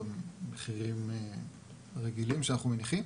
במחירים רגילים שאנחנו מניחים,